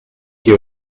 you